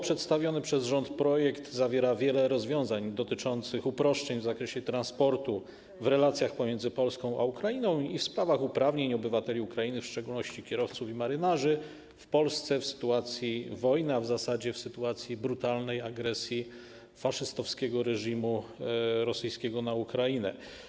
Przedstawiony przez rząd projekt zawiera wiele rozwiązań dotyczących uproszczeń w zakresie transportu w relacjach pomiędzy Polską a Ukrainą i w sprawach uprawnień obywateli Ukrainy, w szczególności kierowców i marynarzy, w Polsce w sytuacji wojny, a w zasadzie w sytuacji brutalnej agresji faszystowskiego reżimu rosyjskiego na Ukrainę.